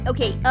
Okay